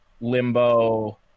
limbo